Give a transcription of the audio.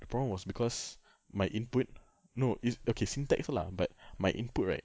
the problem was because my input no it's okay syntax lah